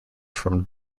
from